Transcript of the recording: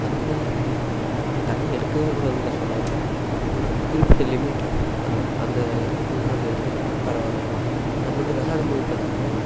அதுக்குன்னு தண்ணி எடுக்கவே கூடாதுன்னுலாம் சொல்ல வரலை ஒரு குறிப்பிட்ட லிமிட் அந்த அந்த இது நம்ம எடுத்துக்கிட்டம்னால் பரவாயில்ல நம்ம வந்து வெளாடும் போது பார்த்திங்கன்னா